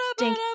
ding